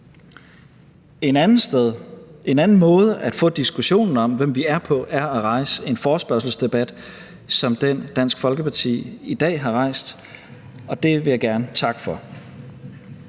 En anden måde at få diskussionen om, hvem vi er, på, er at rejse en forespørgselsdebat som den, Dansk Folkeparti i dag har rejst, og det vil jeg gerne takke for.